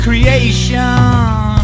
Creation